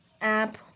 app